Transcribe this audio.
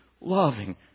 loving